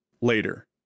Later